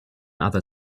other